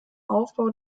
aufbau